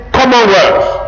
Commonwealth